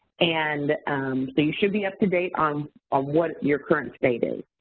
and then you should be up to date on ah what your current state is.